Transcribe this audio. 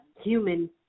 human